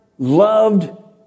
Loved